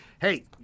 hey